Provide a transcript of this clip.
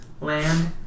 land